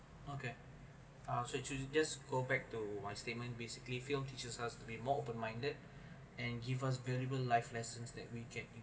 okay I'll should should should just go back to my statement basically film teaches us to be more open minded and give us valuable life lessons that we can